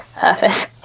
surface